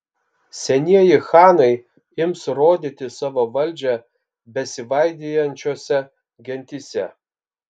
senieji chanai ims rodyti savo valdžią besivaidijančiose gentyse